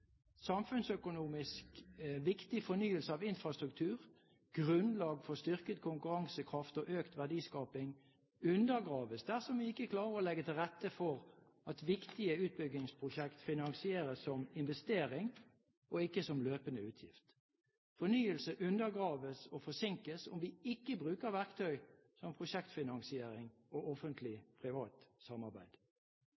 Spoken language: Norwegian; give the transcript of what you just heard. Samfunnsøkonomisk viktig fornyelse av infrastruktur, grunnlag for styrket konkurransekraft og økt verdiskaping undergraves dersom vi ikke klarer å legge til rette for at viktige utbyggingsprosjekt finansieres som investering og ikke som løpende utgift. Fornyelse undergraves og forsinkes om vi ikke bruker verktøy som prosjektfinansiering og Offentlig